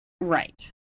Right